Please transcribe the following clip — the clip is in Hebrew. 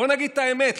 בואו נגיד את האמת,